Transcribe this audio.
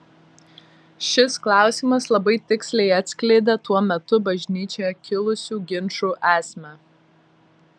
šis klausimas labai tiksliai atskleidė tuo metu bažnyčioje kilusių ginčų esmę